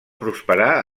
prosperar